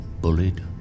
bullied